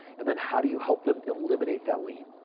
and then how do you help them eliminate that lien?